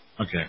Okay